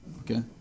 okay